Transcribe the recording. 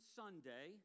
sunday